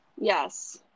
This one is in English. Yes